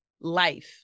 life